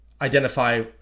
Identify